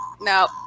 No